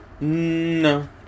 No